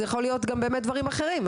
זה יכול להיות גם באמת דברים אחרים,